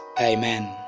Amen